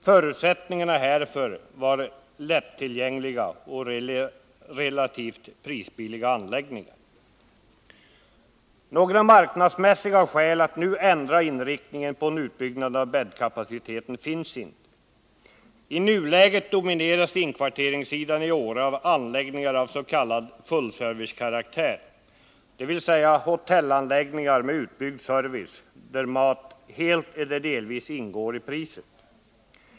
Förutsättningarna härför sades vara lättillgängliga och relativt billiga anläggningar. Några marknadsmässiga skäl att nu ändra inriktningen av en utbyggnad av bäddkapaciteten finns inte. I nuläget domineras inkvarteringen i Åre av anläggningar av s.k. fullservicekaraktär, dvs. hotellanläggningar med utbyggd service där mat helt eller delvis ingår i priset.